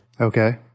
Okay